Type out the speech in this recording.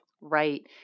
Right